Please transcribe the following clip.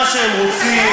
מה שהם רוצים,